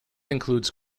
includes